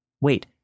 Wait